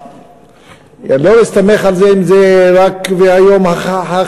לא להסתמך על אם היום זה רק הכחשה,